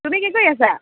তুমি কি কৰি আছা